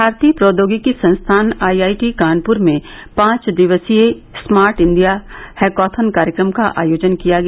भारतीय प्रौद्योगिकी संस्थान आईआईटी कानपुर में पांच दिवसीय स्मार्ट इण्डिया हैकाथॅन कार्यक्रम का आयोजन किया गया